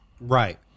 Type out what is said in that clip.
Right